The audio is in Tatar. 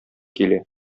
килә